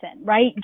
right